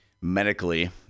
medically